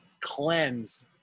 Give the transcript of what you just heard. cleanse